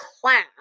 class